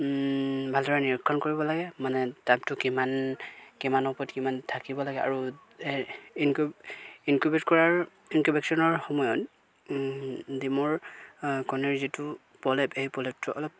ভালদৰে নিৰীক্ষণ কৰিব লাগে মানে টাবটো কিমান কিমান ওপৰত কিমান থাকিব লাগে আৰু ইনকু ইনকুবেট কৰাৰ ইনকুবেশ্যনৰ সময়ত ডিমৰ কণীৰ যিটো প্ৰলেপ সেই প্ৰলেপটো অলপ